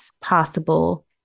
Possible